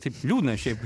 taip liūdna šiaip